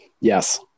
Yes